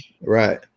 Right